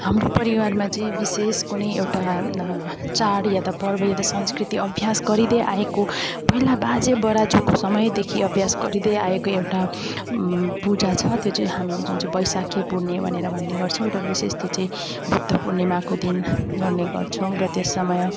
हाम्रो परिवारमा चाहिँ विशेष कुनै एउटा चाड या त पर्व या त संस्कृति अभ्यास गरिँदै आएको पहिला बाजे बराजुको समयदेखि अभ्यास गरिँदै आएको एउटा पूजा छ त्यो चाहिँ हामीले जुन चाहिँ बैशाखी पुर्णे भनेर भन्ने गर्छौँ र विशेष त्यो चाहिँ बुद्ध पूर्णिमाको दिन गर्ने गर्छौँ र त्यस समय